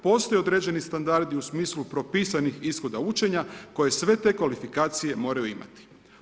Postoje određeni standardi u smislu propisanih ishoda učenja koje sve te kvalifikacije moraju imati.